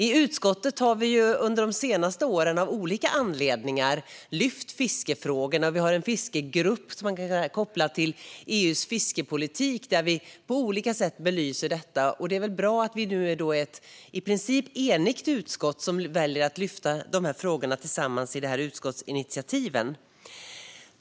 I utskottet har vi under de senaste åren av olika anledningar tagit upp fiskefrågorna, och vi har en fiskegrupp som man kan koppla till EU:s fiskepolitik där vi på olika sätt belyser detta. Det är väl bra att vi nu är ett i princip enigt utskott som tillsammans väljer att lyfta dessa frågor i de här utskottsinitiativen.